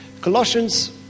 Colossians